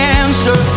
answer